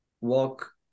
walk